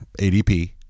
ADP